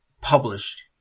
published